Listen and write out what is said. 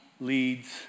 leads